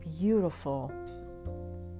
beautiful